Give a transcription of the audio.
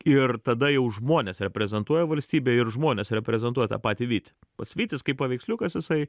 ir tada jau žmonės reprezentuoja valstybę ir žmones reprezentuotą tą patį vytį pats vytis kaip paveiksliukas jisai